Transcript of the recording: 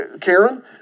Karen